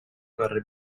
carrer